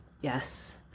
Yes